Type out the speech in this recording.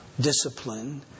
discipline